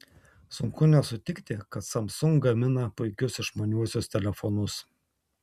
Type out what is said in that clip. sunku nesutikti kad samsung gamina puikius išmaniuosius telefonus